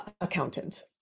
accountant